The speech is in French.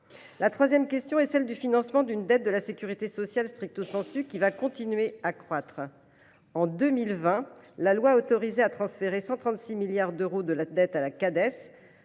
La troisième question est celle du financement d’une dette de la sécurité sociale qui continuera à croître. En 2020, la loi a autorisé le transfert de 136 milliards d’euros de dette à la Cades.